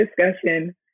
discussion